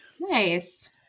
Nice